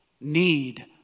need